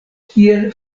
kiel